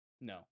No